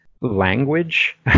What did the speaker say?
language